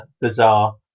bizarre